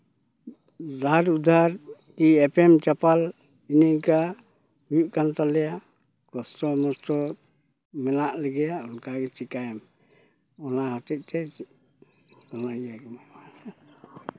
ᱫᱷᱟᱨ ᱩᱫᱷᱟᱹᱨ ᱠᱤ ᱮᱯᱮᱢ ᱪᱟᱯᱟᱞ ᱱᱤᱝᱠᱟ ᱦᱩᱭᱩᱜ ᱠᱟᱱ ᱛᱟᱞᱮᱭᱟ ᱠᱚᱥᱴᱚ ᱢᱚᱥᱴᱚ ᱢᱮᱱᱟᱜ ᱞᱮᱜᱮᱭᱟ ᱚᱱᱠᱟᱜᱮ ᱪᱤᱠᱟᱹᱭᱟᱢ ᱚᱱᱟ ᱦᱚᱛᱮᱡ ᱛᱮ ᱱᱚᱣᱟ ᱞᱟᱹᱭ ᱢᱮ ᱢᱟ